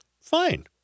Fine